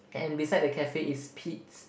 and beside the cafe is Pete's